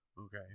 Okay